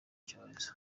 cyorezo